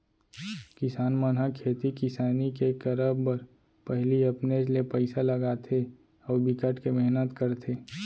किसान मन ह खेती किसानी के करब बर पहिली अपनेच ले पइसा लगाथे अउ बिकट के मेहनत करथे